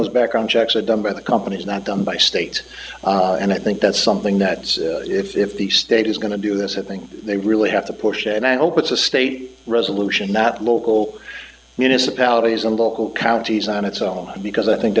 those background checks are done by the companies not done by state and i think that's something that if the state is going to do this i think they really have to push and i hope it's a state resolution that local municipalities and local counties on its own because i think